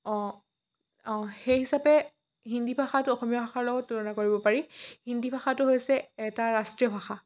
অঁ অঁ সেই হিচাপে হিন্দী ভাষাটো অসমীয়া ভাষাৰ লগত তুলনা কৰিব পাৰি হিন্দী ভাষাটো হৈছে এটা ৰাষ্ট্ৰীয় ভাষা